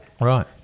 Right